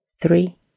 three